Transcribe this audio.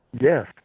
Yes